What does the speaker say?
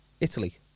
Italy